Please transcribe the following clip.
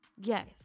Yes